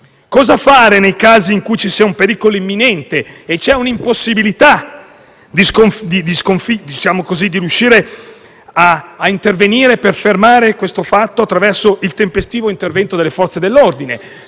Cosa fare nei casi in cui ci sia un pericolo imminente e c'è l'impossibilità di intervenire per fermare un fatto criminoso attraverso il tempestivo intervento delle Forze dell'ordine?